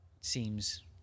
seems